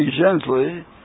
gently